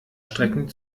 strecken